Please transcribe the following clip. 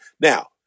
Now